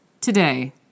Today